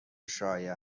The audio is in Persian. شایع